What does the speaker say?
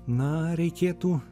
na reikėtų